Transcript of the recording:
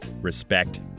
respect